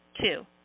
Two